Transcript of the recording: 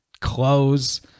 clothes